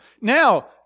Now